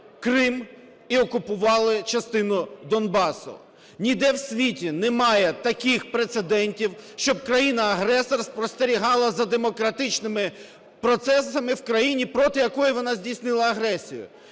Крим і окупували частину Донбасу. Ніде в світі немає таких прецедентів, щоб країна-агресор спостерігала за демократичними процесами в країні, проти якої вона здійснила агресію.